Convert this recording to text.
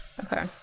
Okay